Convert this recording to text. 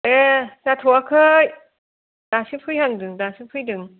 ए जाथ'आखै दासो फैहांदों दासो फैदों